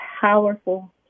powerful